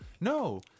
no